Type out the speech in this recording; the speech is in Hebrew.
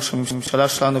ראש הממשלה שלנו,